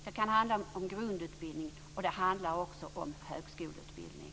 Det kan handla om grundutbildning, och det handlar också om högskoleutbildning.